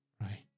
right